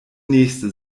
nächste